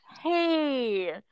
hey